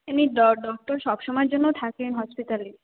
এমনি ডক্টর সবসময়ের জন্য থাকেন হসপিটালে